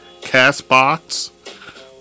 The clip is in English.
CastBox